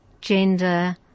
gender